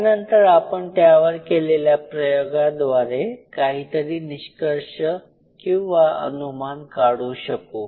त्यानंतर आपण त्यावर केलेल्या प्रयोगाद्वारे काहीतरी निष्कर्ष किंवा अनुमान काढू शकू